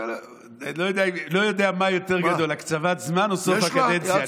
לא יודע מה יותר גדול, הקצבת זמן או סוף הקדנציה.